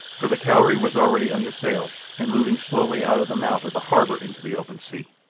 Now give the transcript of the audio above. for the cowrie was already under sail and moving slowly out of the mouth of the harbour into the open sea.